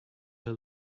her